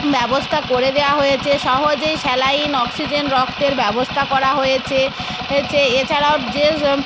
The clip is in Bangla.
ব্যবস্থা করে দেওয়া হয়েছে সহজেই স্যালাইন অক্সিজেন রক্তের ব্যবস্থা করা হয়েছে এছাড়াও যেসব